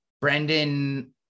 Brendan